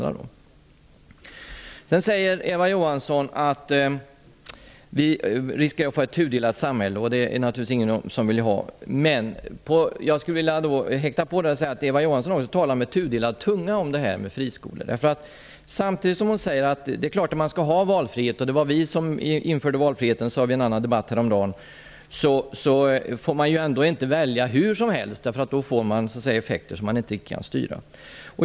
Eva Johansson säger att risken finns att vi får ett tudelat samhälle, något som naturligtvis ingen vill ha. Jag skulle vilja ansluta mig till det resonemanget genom att säga att Eva Johansson talar med ''tudelad'' tunga om friskolorna. Hon säger: Det är klart att man skall ha valfrihet. Det var vi som införde valfriheten -- detta sades häromdagen. Men samtidigt säger hon att man inte skall få välja hur som helst, därför att då uppstår effekter som inte kan styras.